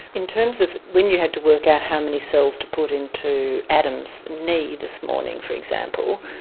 in terms of when you had to work out how many cells to put into adam's knee this morning, for example,